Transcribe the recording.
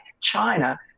China